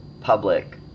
public